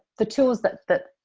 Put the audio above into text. the tools that that